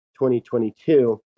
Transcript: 2022